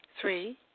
Three